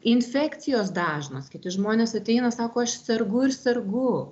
infekcijos dažnos kiti žmonės ateina sako aš sergu ir sergu